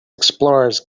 explorers